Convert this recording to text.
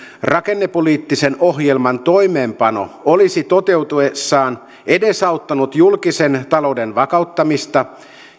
rakennepoliittisen ohjelman toimeenpano olisi toteutuessaan edesauttanut julkisen talouden vakauttamista